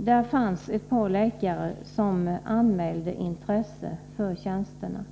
Där fanns ett par läkare som anmälde intresse för tjänsterna.